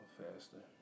faster